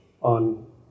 on